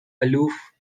aloof